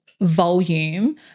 volume